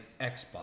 Xbox